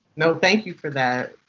no, thank you for that.